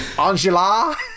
Angela